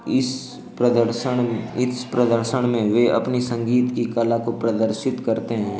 इस प्रदर्शन इस प्रदर्शन में वे अपनी संगीत की कला को प्रदर्शित करते हैं